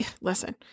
listen